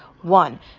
One